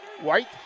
White